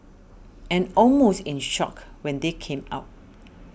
and almost in shock when they came out